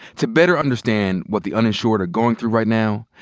to better understand what the uninsured are going through right now,